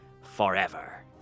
forever